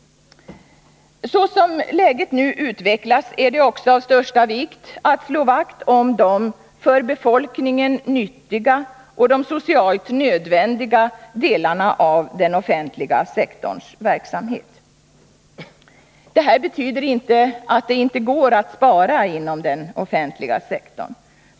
Såsom läget nu har utvecklats är det också av största vikt att slå vakt om de för befolkningen nyttiga och de socialt nödvändiga delarna av den offentliga sektorns verksamhet. Detta betyder inte att det inte går att spara inom den offentliga sektorn.